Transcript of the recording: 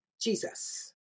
Jesus